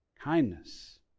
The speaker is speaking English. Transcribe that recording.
kindness